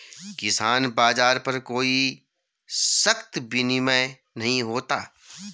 किसान बाज़ार पर कोई सख्त विनियम नहीं होता